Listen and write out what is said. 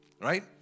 Right